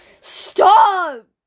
Stop